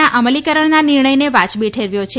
ના અમલીકરણના નિર્ણયને વાજબી ઠેરવ્યો છે